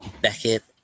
Beckett